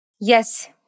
Yes